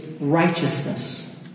righteousness